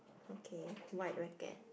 okay white racket